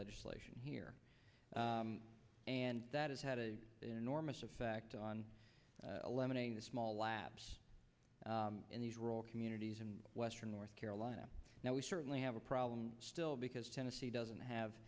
legislation here and that has had a enormous effect on eliminating the small labs in these rural communities in western north carolina now we certainly have a problem still because tennessee doesn't have